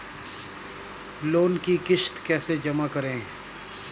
Loan की किश्त कैसे जमा करें?